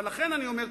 אבל לכן אני אומר,